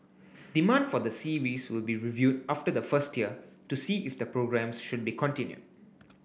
demand for the series will be reviewed after the first year to see if the programmes should be continued